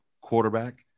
quarterback